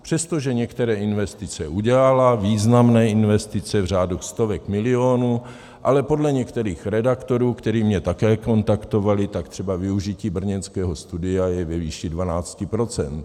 Přestože některé investice udělala, významné investice v řádech stovek milionů, ale podle některých redaktorů, kteří mě také kontaktovali, tak třeba využití brněnského studia je ve výši 12 %.